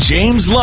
James